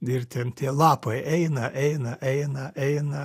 ir ten tie lapai eina eina eina eina